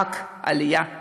חג עלייה שמח.